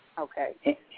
okay